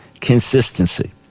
consistency